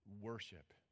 worship